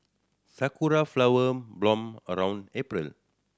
sakura flower bloom around April